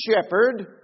shepherd